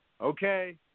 okay